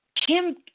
Kim –